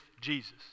Jesus